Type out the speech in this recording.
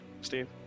Steve